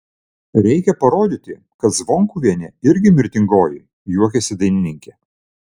reikia parodyti kad zvonkuvienė irgi mirtingoji juokėsi dainininkė